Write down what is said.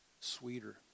sweeter